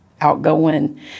outgoing